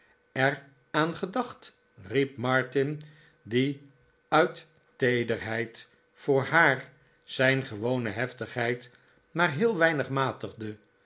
er aan gedacht riep martin die uit teederheid voor haar zijn gewone heftigheid maar heel weinig matigde